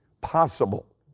possible